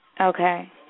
Okay